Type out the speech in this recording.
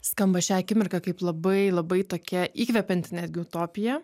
skamba šią akimirką kaip labai labai tokia įkvepianti netgi utopija